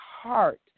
heart